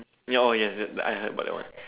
ya oh yes yes I heard about that one